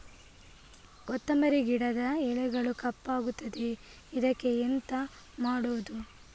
ಕೊತ್ತಂಬರಿ ಗಿಡದ ಎಲೆಗಳು ಕಪ್ಪಗುತ್ತದೆ, ಇದಕ್ಕೆ ಎಂತ ಮಾಡೋದು?